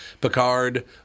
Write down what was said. Picard